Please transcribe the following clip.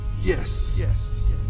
yes